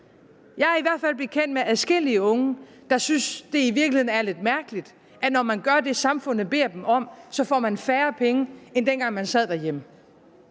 Jeg er i hver fald bekendt med adskillige unge, der synes, at det i virkeligheden er lidt mærkeligt, at når man gør det, samfundet beder dem om, får man færre penge, end dengang man sad derhjemme.